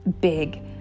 Big